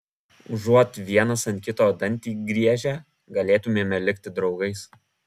užuot vienas ant kito dantį griežę galėtumėme likti draugais